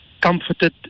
comforted